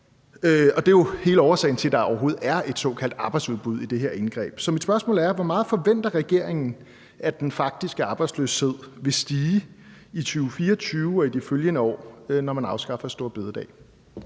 det er jo hele årsagen til, at der overhovedet er et såkaldt arbejdsudbud i det her indgreb. Så mit spørgsmål er: Hvor meget forventer regeringen at den faktiske arbejdsløshed vil stige i 2024 og de følgende år, når man afskaffer store bededag?